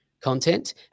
content